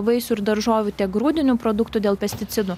vaisių ir daržovių tiek grūdinių produktų dėl pesticidų